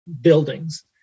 buildings